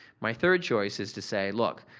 my third choice is to say look,